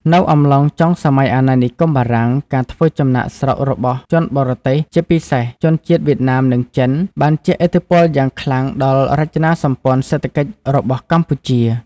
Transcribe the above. នៅអំឡុងចុងសម័យអាណានិគមបារាំង ការធ្វើចំណាកស្រុករបស់ជនបរទេស ជាពិសេសជនជាតិវៀតណាម និងចិន បានជះឥទ្ធិពលយ៉ាងខ្លាំងដល់រចនាសម្ព័ន្ធសេដ្ឋកិច្ចរបស់កម្ពុជា។